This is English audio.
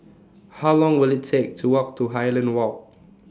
How Long Will IT Take to Walk to Highland Walk